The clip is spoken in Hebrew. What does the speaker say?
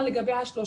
מספיק